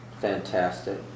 Fantastic